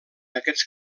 aquests